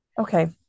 Okay